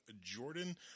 Jordan